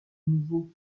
nouveau